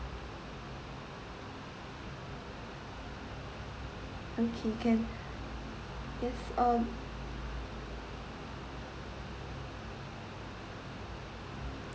okay can yes um